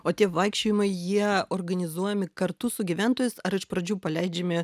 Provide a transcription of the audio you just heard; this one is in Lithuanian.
o tie vaikščiojimai jie organizuojami kartu su gyventojais ar iš pradžių paleidžiami